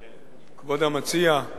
כבוד המציע,